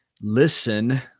listen